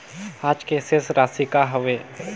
आज के शेष राशि का हवे?